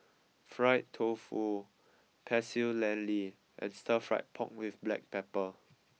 Fried Tofu Pecel Lele and Stir Fried Pork with Black Pepper